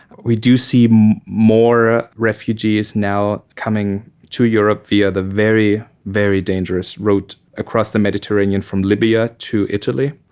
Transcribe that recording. we do see more refugees now coming to europe via the very, very dangerous route across the mediterranean from libya to italy,